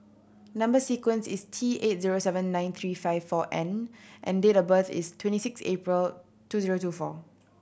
number sequence is T eight zero seven nine three five four N and date of birth is twenty six April two zero two four